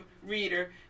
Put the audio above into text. Reader